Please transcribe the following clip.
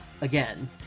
again